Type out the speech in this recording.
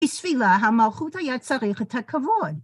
בשבילה המלכות היה צריך את הכבוד.